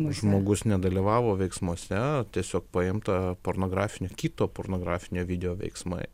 žmogus nedalyvavo veiksmuose tiesiog paimta pornografinio kito pornografinio video veiksmai